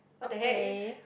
okay